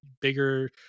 bigger